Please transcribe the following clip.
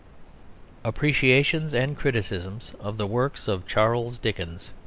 appreciations and criticisms of the works of charles dickens,